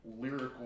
lyrical